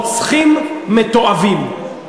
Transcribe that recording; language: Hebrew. רוצחים מתועבים.